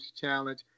challenge